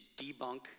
debunk